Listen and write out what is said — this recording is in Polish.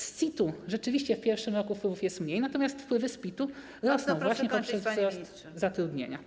Z CIT-u rzeczywiście w pierwszym roku wpływów jest mniej, natomiast wpływy z PIT-u rosną właśnie poprzez wzrost zatrudnienia.